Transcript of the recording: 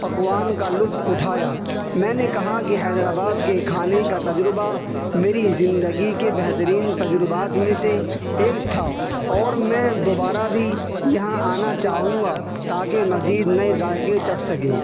پکوان کا لطف اٹھایا میں نے کہا کہ حیدر آباد کے کھانے کا تجربہ میری زندگی کے بہترین تجربات میں سے ایک تھا اور میں دوبارہ بھی یہاں آنا چاہوں گا تاکہ مزید نئے ذائقے چکھ سکیں